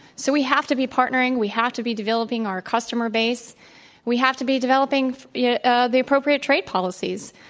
so we have to be partnering, we have to be developing our customer base we have to be developing yeah ah the appropriate trade policies.